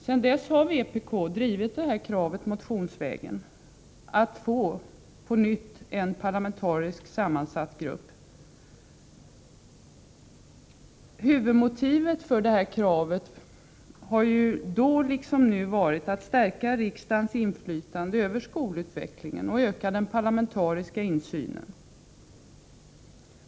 Sedan dess har vpk motionsvägen drivit kravet på att på nytt få en parlamentariskt sammansatt grupp. Huvudmotivet för detta krav är nu liksom tidigare att stärka riksdagens inflytande över skolutvecklingen och att öka den parlamentariska insynen.